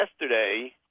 yesterday